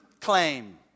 claim